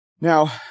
Now